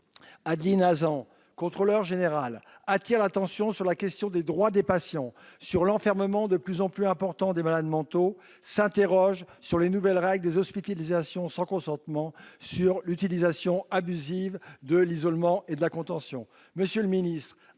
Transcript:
de privation de liberté, attire l'attention sur la question des droits des patients, sur l'enfermement de plus en plus important des malades mentaux. Elle s'interroge sur les nouvelles règles des hospitalisations sans consentement, sur l'utilisation abusive de l'isolement et de la contention.